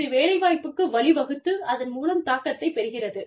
இது வேலைவாய்ப்புக்கு வழிவகுத்து அதன் மூலம் தாக்கத்தைப் பெறுகிறது